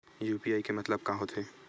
UPI के मतलब का होथे?